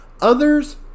Others